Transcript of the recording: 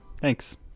thanks